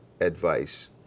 advice